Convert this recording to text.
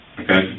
okay